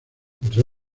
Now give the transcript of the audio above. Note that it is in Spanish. entre